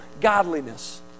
godliness